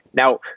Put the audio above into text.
now,